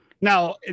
Now